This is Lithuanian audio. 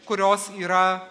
kurios yra